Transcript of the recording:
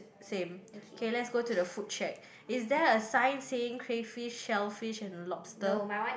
same K let's go to the food check is there a sign saying clay fish selfish and lobster